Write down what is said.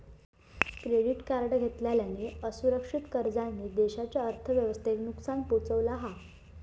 credit card घेतलेल्या असुरक्षित कर्जांनी देशाच्या अर्थव्यवस्थेक नुकसान पोहचवला हा